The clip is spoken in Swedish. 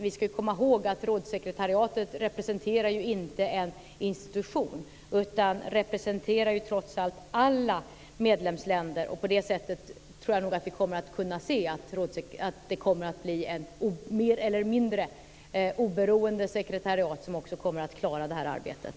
Vi ska komma ihåg att rådssekretariatet representerar ju inte en institution, utan det representerar trots allt alla medlemsländer. På det sättet blir det ett mer eller mindre oberoende sekretariat som kommer att klara det här arbetet.